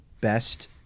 best